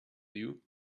you